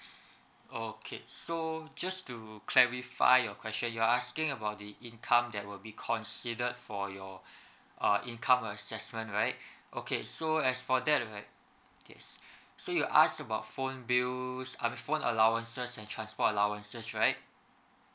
okay so just to clarify your question you are asking about the income that will be considered for your uh income assessment right okay so as for that right kays~ so you ask about phone bills I mean phone allowances and transport allowances right